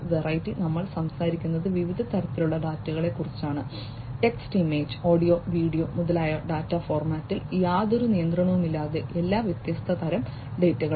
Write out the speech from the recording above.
variety നമ്മൾ സംസാരിക്കുന്നത് വിവിധ തരത്തിലുള്ള ഡാറ്റയെ കുറിച്ചാണ് ടെക്സ്റ്റ് ഇമേജ് ഓഡിയോ വീഡിയോ മുതലായവ ഡാറ്റ ഫോർമാറ്റിൽ യാതൊരു നിയന്ത്രണവുമില്ലാതെ എല്ലാ വ്യത്യസ്ത തരം ഡാറ്റകളും